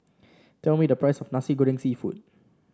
tell me the price of Nasi Goreng seafood